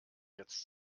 jetzt